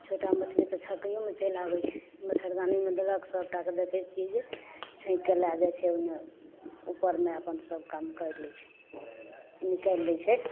छोटा मछली तऽ छकैयोमे चलि आबै छै मच्छरदानीमे देलक सबटाके देखैत छियै जे छाँकिके लए जाइत छै ओन्ने ऊपरमे अपन सब काम करि लै छै निकालि लै छै